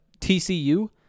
tcu